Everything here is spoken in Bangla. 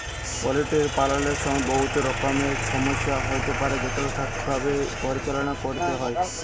পলটিরি পাললের ছময় বহুত রকমের ছমচ্যা হ্যইতে পারে যেটকে ঠিকভাবে পরিচাললা ক্যইরতে হ্যয়